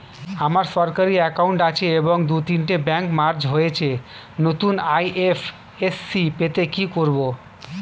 আমার সরকারি একাউন্ট আছে এবং দু তিনটে ব্যাংক মার্জ হয়েছে, নতুন আই.এফ.এস.সি পেতে কি করব?